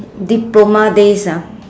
diploma days ah